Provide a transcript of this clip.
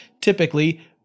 typically